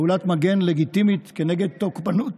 פעולת מגן לגיטימית כנגד תוקפנות